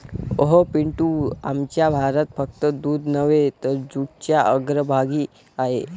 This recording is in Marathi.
अहो पिंटू, आमचा भारत फक्त दूध नव्हे तर जूटच्या अग्रभागी आहे